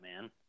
man